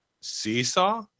Seesaw